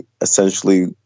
essentially